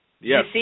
Yes